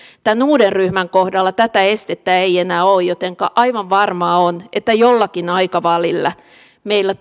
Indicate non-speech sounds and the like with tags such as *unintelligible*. tämän uuden ryhmän kohdalla tätä estettä ei enää ole jotenka aivan varmaa on että jollakin aikavälillä meillä *unintelligible*